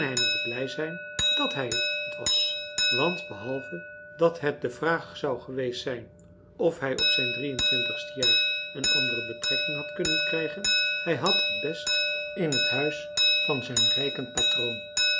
blij zijn dat hij het was want behalve dat het de vraag zou geweest zijn of hij op zijn drieëntwintigste jaar een andere betrekking had kunnen krijfrançois haverschmidt familie en kennissen gen hij had het best in het huis van zijn rijken patroon